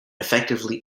effectively